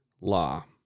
law